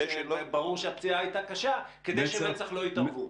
שברור שהפציעה הייתה קשה - כדי שמצ"ח לא יתערבו.